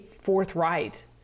forthright